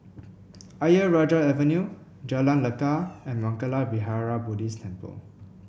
Ayer Rajah Avenue Jalan Lekar and Mangala Vihara Buddhist Temple